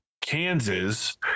Kansas